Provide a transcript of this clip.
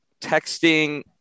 texting